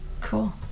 cool